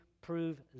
prove